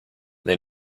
they